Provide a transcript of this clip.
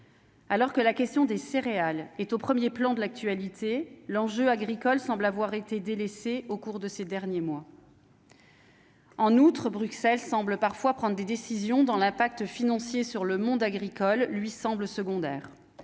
Alors que la question des céréales est au 1er plan de l'actualité, l'enjeu agricole semble avoir été délaissés au cours de ces derniers mois. En outre, Bruxelles semble parfois prendre des décisions dans l'impact financier sur le monde agricole lui semble secondaire,